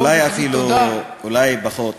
במקום להגיד תודה, אולי פחות.